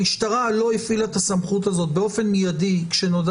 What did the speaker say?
המשטרה לא הפעילה את הסמכות הזאת באופן מיידי כשנודע